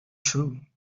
true